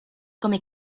come